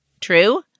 true